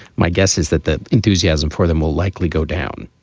my guess is that the enthusiasm for them will likely go down